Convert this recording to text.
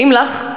האם לך,